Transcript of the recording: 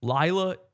Lila